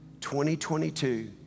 2022